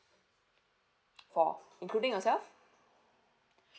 four including yourself